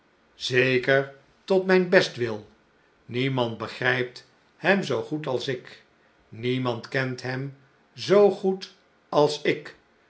zeker tot mijn bestwil niemand begrijpt hem zoo goed ais ik niemand kent hem zoo goed als ik